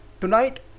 Tonight